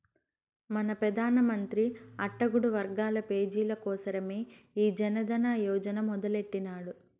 మన పెదానమంత్రి అట్టడుగు వర్గాల పేజీల కోసరమే ఈ జనదన యోజన మొదలెట్టిన్నాడు